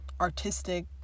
artistic